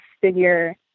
figure